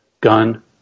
gun